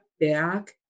back